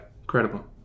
Incredible